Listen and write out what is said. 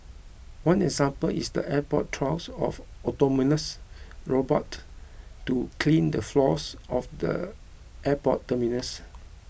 one example is the airport's trials of autonomous robots to clean the floors of the airport terminals